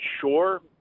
sure